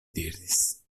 diris